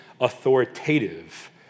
authoritative